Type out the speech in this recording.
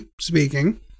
speaking